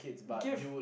give